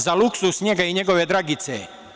Za luksuz njega i njegove Dragice?